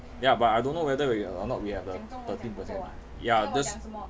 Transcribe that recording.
ya but I don't know whether we or not we have the thirteen percent ya just